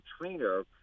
trainer